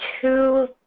two